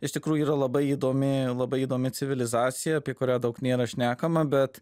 iš tikrųjų yra labai įdomi labai įdomi civilizacija apie kurią daug nėra šnekama bet